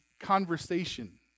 conversation